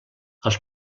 els